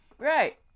Right